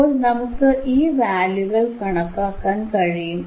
അപ്പോൾ നമുക്ക് ഈ വാല്യൂകൾ കണക്കാക്കാൻ കഴിയും